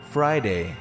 Friday